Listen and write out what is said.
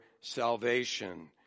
salvation